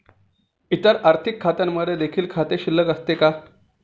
इतर आर्थिक खात्यांमध्ये देखील खाते शिल्लक असते का?